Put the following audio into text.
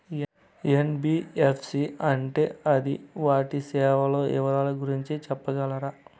NBFC అంటే అది వాటి సేవలు వివరాలు గురించి సెప్పగలరా?